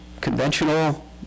conventional